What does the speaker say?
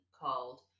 called